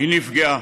היא נפגעה.